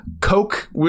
coke